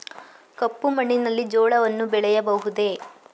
ಕಪ್ಪು ಮಣ್ಣಿನಲ್ಲಿ ಜೋಳವನ್ನು ಬೆಳೆಯಬಹುದೇ?